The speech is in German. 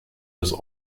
des